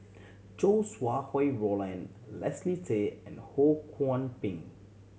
Chow Sau Hai Roland Leslie Tay and Ho Kwon Ping